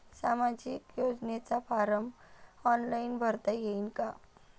सामाजिक योजनेचा form online भरता येईन का?